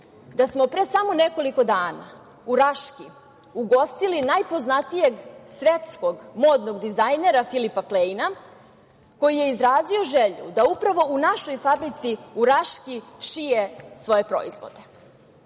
da smo pre samo nekoliko dana u Raški ugostili najpoznatijeg svetskog modnog dizajnera Filipa Plejna, koji je izrazio želju da upravo u našoj fabrici u Raški šije svoje proizvode. Zato